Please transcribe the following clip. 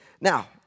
Now